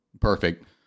perfect